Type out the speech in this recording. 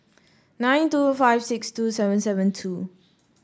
nine two five six two seven seven two